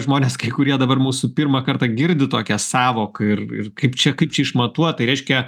žmonės kai kurie dabar mūsų pirmą kartą girdi tokią sąvoką ir ir kaip čia kaip čia išmatuot tai reiškia